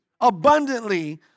abundantly